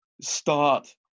start